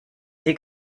sie